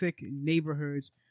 neighborhoods